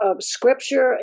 scripture